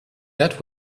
that